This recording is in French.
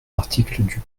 article